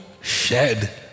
shed